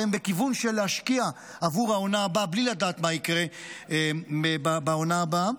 והם בכיוון של להשקיע עבור העונה הבאה בלי לדעת מה יקרה בעונה הבאה,